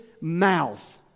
mouth